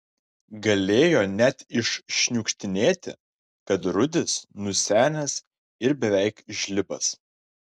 galėjo net iššniukštinėti kad rudis nusenęs ir beveik žlibas